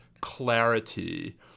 clarity